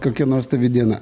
kokia nuostabi diena